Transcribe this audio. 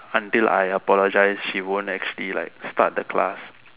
until I apologize she won't actually like start the class